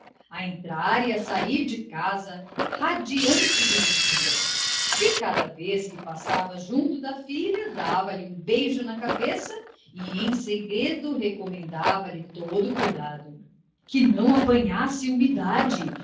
a entrar e a sair de casa radiante de ventura de cada vez que passava junto da filha dava-lhe um beijo na cabeça e em segredo recomendava lhe todo o cuidado que não apanhasse umidade